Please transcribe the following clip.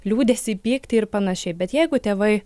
liūdesį pyktį ir panašiai bet jeigu tėvai